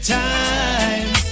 time